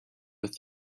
with